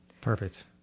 Perfect